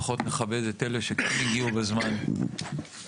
לפחות נכבד את אלה שכן הגיעו בזמן ונוכל